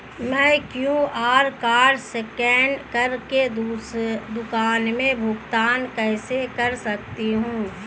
मैं QR code scan कर के दुकान में भुगतान कैसे कर सकती हूँ?